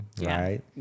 right